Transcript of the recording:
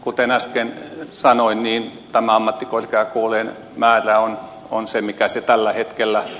kuten äsken sanoin tämä ammattikorkeakoulujen määrä on se mikä se tällä hetkellä on